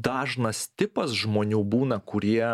dažnas tipas žmonių būna kurie